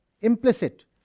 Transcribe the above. implicit